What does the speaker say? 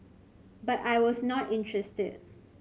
but I was not interested